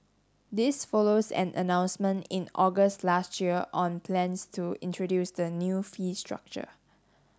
this follows an announcement in August last year on plans to introduce the new fee structure